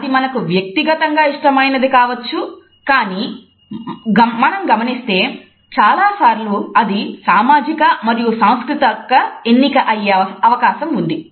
అది మనకు వ్యక్తిగతంగా ఇష్టమైనది కావచ్చు కానీ మనం గమనిస్తే చాలాసార్లు అది సామాజిక మరియు సాంస్కృతిక ఎన్నిక అయ్యే అవకాశం ఉంది